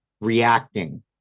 reacting